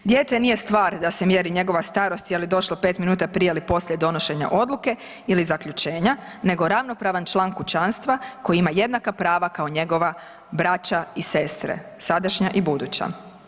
Dijete nije stvar da se mjeri njegova starost i je li došlo 5 minuta prije ili poslije donošenja odluke ili zaključenja nego ravnopravan član kućanstva koji ima jednaka prava kao njegova braća i sestre, sadašnja i buduća.